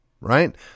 right